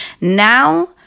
Now